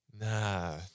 nah